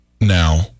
now